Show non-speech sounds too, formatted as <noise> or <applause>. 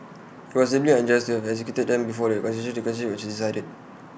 IT was deeply unjust to have executed them before the constitutional <unintelligible> was decided